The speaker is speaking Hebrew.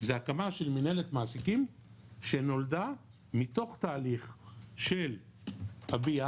זה הקמה של מינהלת מעסיקים שנולדה מתוך תהליך של ה-BR,